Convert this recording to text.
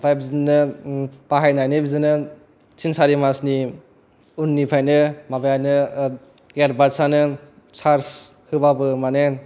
ओमफ्राय बिदिनो बाहायनानै बिदिनो थिन सारि मासनि उननिफ्रायनो माबायानो इयारबादसानो सार्ज होबाबो माने